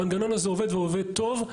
המנגנון הזה עובד ועובד טוב.